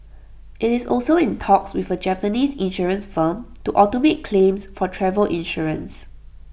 IT is also in talks with A Japanese insurance firm to automate claims for travel insurance